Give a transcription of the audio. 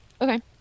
Okay